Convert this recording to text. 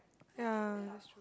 ya